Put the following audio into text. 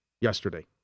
yesterday